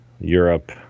Europe